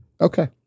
Okay